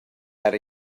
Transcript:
that